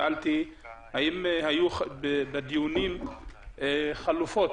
שאלתי האם היו בדיונים חלופות?